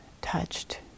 touched